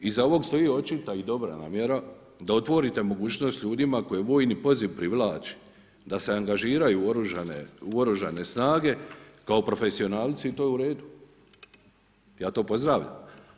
Iza ovog stoji očita i dobra namjera da otvorite mogućnost ljudima koje vojni poziv privlači, da se angažiraju u oružane snage kao profesionalci i to je uredu, ja to pozdravljam.